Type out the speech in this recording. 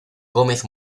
gómez